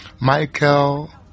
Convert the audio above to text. michael